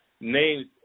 names